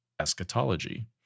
eschatology